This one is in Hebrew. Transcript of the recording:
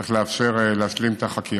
וצריך לאפשר להשלים את החקירה.